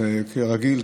אז כהרגל,